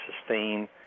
sustain